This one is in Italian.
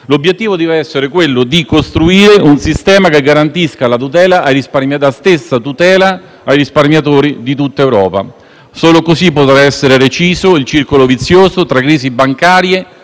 L'obiettivo deve essere costruire un sistema che garantisca la stessa tutela ai risparmiatori di tutta Europa. Solo così potrà essere reciso il circolo vizioso tra crisi bancarie